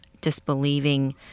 disbelieving